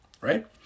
right